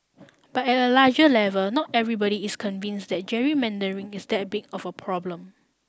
but at a larger level not everybody is convinced that gerrymandering is that big of a problem